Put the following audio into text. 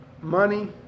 money